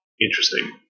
interesting